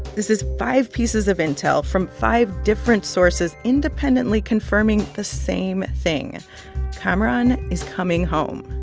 this is five pieces of intel from five different sources independently confirming the same thing kamaran is coming home